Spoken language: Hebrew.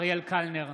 אריאל קלנר,